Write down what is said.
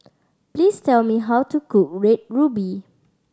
please tell me how to cook Red Ruby